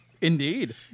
Indeed